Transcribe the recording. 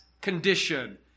condition